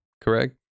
correct